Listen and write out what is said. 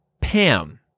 Pam